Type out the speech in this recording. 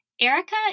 Erica